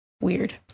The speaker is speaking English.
Weird